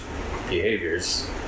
behaviors